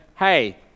hey